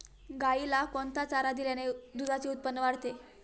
गाईला कोणता चारा दिल्याने दुधाचे उत्पन्न वाढते?